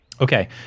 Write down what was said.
Okay